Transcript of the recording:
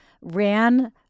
ran